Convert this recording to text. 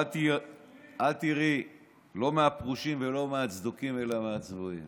אל תיראי לא מהפרושים ולא מהצדוקים אלא מהצבועים.